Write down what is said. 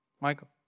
Michael